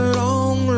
long